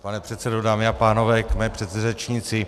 Pane předsedo, dámy a pánové, k mé předřečnici.